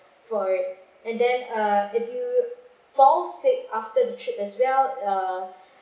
for it and then uh if you fall sick after the trip as well uh